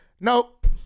Nope